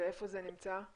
ואיפה זה נמצא?